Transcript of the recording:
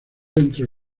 entre